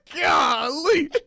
Golly